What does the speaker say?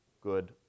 good